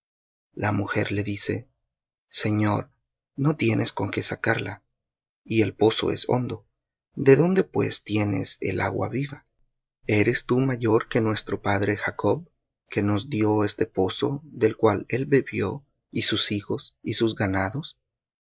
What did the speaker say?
la mujer le dice señor no tienes con qué sacar y el pozo es hondo de dónde pues tienes el agua viva eres tú mayor que nuestro padre jacob que nos dió este pozo del cual él bebió y sus hijos y sus ganados